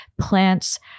plants